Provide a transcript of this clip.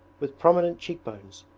with prominent cheekbones,